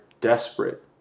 desperate